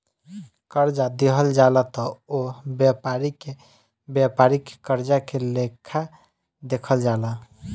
कर्जा दिहल जाला त ओह व्यापारी के व्यापारिक कर्जा के लेखा देखल जाला